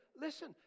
listen